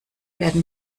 werden